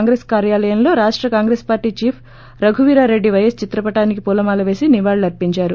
కాంగ్రెస్ కార్యాలయంలో రాష్ట కాంగ్రెస్ పార్లీ చీఫ్ రఘువీరారెడ్డి పైఎస్ చిత్ర పటానికి పూలమాల పేసి నివాళులు అర్పిందారు